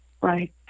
Right